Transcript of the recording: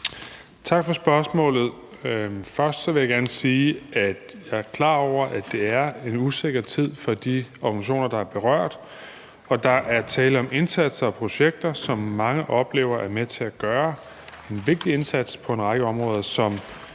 Tak for spørgsmålet. Først vil jeg gerne sige, at jeg er klar over, at det er en usikker tid for de organisationer, der er berørt. Der er tale om indsatser og projekter, som mange oplever er med til at gøre en vigtig indsats på en række områder, som